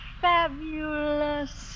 fabulous